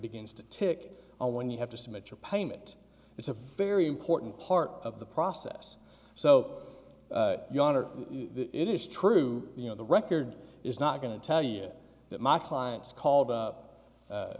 begins to tick or when you have to submit your payment it's a very important part of the process so it is true you know the record is not going to tell you that my clients called up